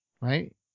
right